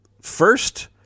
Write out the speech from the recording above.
first